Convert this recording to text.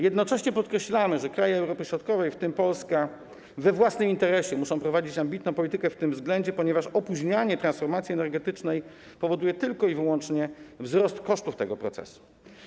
Jednocześnie podkreślamy, że kraje Europy Środkowej, w tym Polska, we własnym interesie muszą prowadzić ambitną politykę w tym względzie, ponieważ opóźnianie transformacji energetycznej powoduje tylko i wyłącznie wzrost kosztów tego procesu.